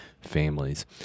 families